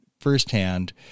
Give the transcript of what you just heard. firsthand